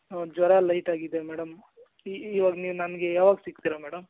ಜ್ವರ ಲೈಟಾಗಿದೆ ಮೇಡಮ್ ಇವಾಗ ನೀವು ನನಗೆ ಯಾವಾಗ ಸಿಕ್ತೀರ ಮೇಡಮ್